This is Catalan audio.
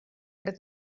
per